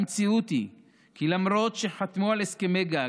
המציאות היא כי למרות שחתמו על הסכמי גג,